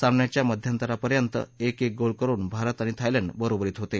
सामन्याचा मध्यतरा पर्यंत एक एक गोल करुन भारत आणि थायलंड बरोबरीत होते